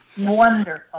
wonderful